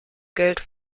geld